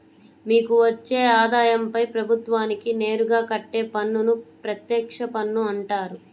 మీకు వచ్చే ఆదాయంపై ప్రభుత్వానికి నేరుగా కట్టే పన్నును ప్రత్యక్ష పన్ను అంటారు